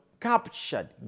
captured